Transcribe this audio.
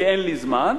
כי אין לי זמן,